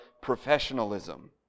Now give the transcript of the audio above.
professionalism